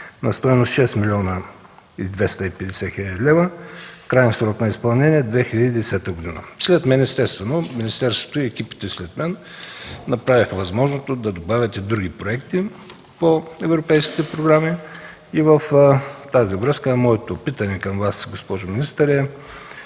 на стойност 6 млн. 250 хил. лв. Краен срок на изпълнение 2010 г. След мен естествено министерството и екипите направиха възможното да добавят и други проекти по европейските програми. В тази връзка моето питане към Вас, госпожо министър,